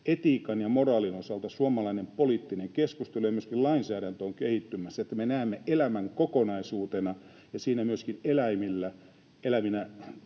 etiikan ja moraalin osalta suomalainen poliittinen keskustelu ja myöskin lainsäädäntö ovat kehittymässä, että me näemme elämän kokonaisuutena. Siinä on oma